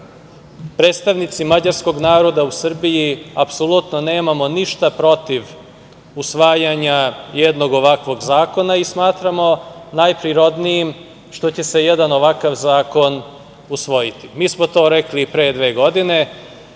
predstavnici mađarskog naroda u Srbiji apsolutno nemamo ništa protiv usvajanja jednog ovakvog zakona i smatramo najprirodnijim što će se jedan ovakav zakon usvojiti. Mi smo to rekli i pre dve godine,